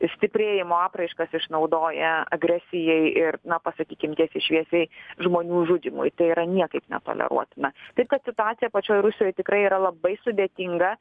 stiprėjimo apraiškas išnaudoja agresijai ir na pasakykim tiesiai šviesiai žmonių žudymui tai yra niekaip netoleruotina taip kad situacija pačioj rusijoj tikrai yra labai sudėtinga